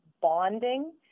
bonding